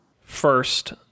first